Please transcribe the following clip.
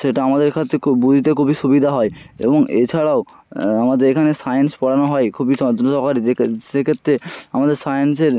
সেটা আমাদের ক্ষেত্রে খুব বুঝতে খুবই সুবিধা হয় এবং এছাড়াও আমাদের এখানে সায়েন্স পড়ানো হয় খুব যত্ন সহকারে সেক্ষেত্রে আমাদের সায়েন্সের